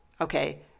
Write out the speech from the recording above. Okay